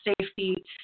safety